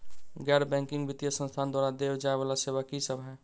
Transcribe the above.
गैर बैंकिंग वित्तीय संस्थान द्वारा देय जाए वला सेवा की सब है?